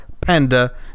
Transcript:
Panda